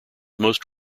most